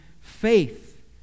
faith